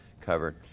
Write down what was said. covered